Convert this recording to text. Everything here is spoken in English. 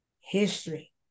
history